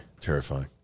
terrifying